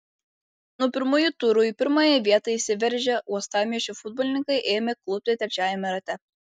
nuo pirmųjų turų į pirmąją vietą išsiveržę uostamiesčio futbolininkai ėmė klupti trečiajame rate